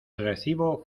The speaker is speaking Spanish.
recibo